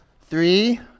Three